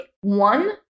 one